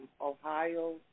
Ohio